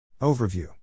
Overview